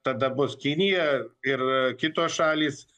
tada bus kinija ir kitos šalys